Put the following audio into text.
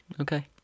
okay